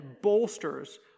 bolsters